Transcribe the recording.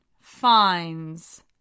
finds